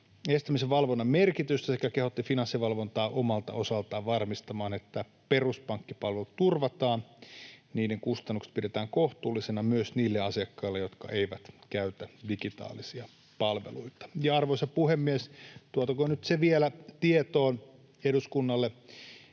estämisen valvonnan merkitystä sekä kehotti Finanssivalvontaa omalta osaltaan varmistamaan, että peruspankkipalvelut turvataan ja niiden kustannukset pidetään kohtuullisina myös niille asiakkaille, jotka eivät käytä digitaalisia palveluita. Ja, arvoisa puhemies, tuotakoon nyt vielä tietoon eduskunnalle